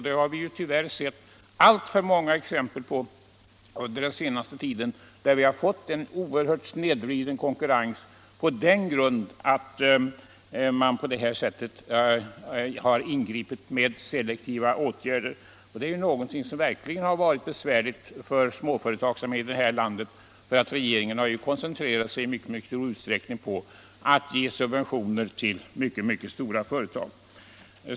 Vi har tyvärr under den senaste tiden sett alltför många exempel på snedvriden konkurrens till följd av att man på detta sätt har ingripit med selektiva åtgärder. Det har verkligen varit besvärligt för småföretagsamheten här i landet — regeringen har ju i stor utsträckning koncentrerat sig på att ge subventioner till mycket stora företag.